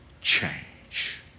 change